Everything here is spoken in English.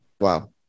wow